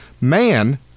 man